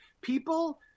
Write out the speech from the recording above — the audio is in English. People